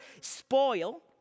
spoil